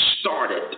started